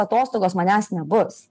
atostogos manęs nebus